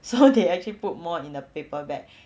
so they actually put more in the paper bag